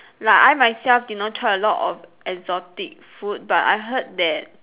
like I myself did not try a lot of exotic food but I heard that